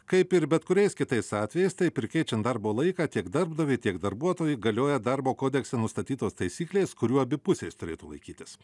kaip ir bet kuriais kitais atvejais taip ir keičiant darbo laiką tiek darbdaviui tiek darbuotojui galioja darbo kodekse nustatytos taisyklės kurių abi pusės turėtų laikytis